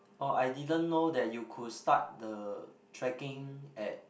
or I didn't know that you could start the trekking at